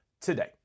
today